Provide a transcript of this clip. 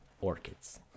orchids